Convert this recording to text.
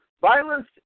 Violence